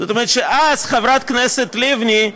זאת אומרת שאז חברת הכנסת לבני,